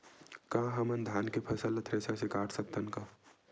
का हमन धान के फसल ला थ्रेसर से काट सकथन का?